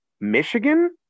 Michigan